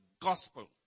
gospel